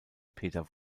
peter